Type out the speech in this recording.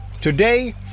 Today